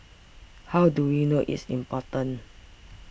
how do we know it's important